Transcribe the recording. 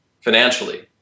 financially